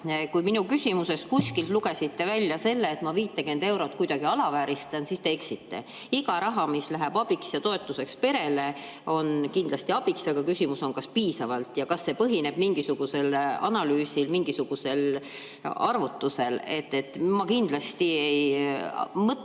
Kui te mu küsimusest lugesite välja selle, et ma 50 eurot kuidagi alavääristan, siis te eksite. Iga summa, mis läheb toetuseks perele, on kindlasti abiks. Aga küsimus on, kas seda on piisavalt ja kas see põhineb mingisugusel analüüsil, mingisugusel arvutusel. Ma kindlasti ei mõtlegi